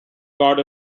god